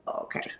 okay